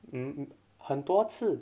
mm 很多次